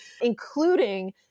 including